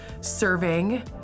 serving